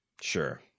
Sure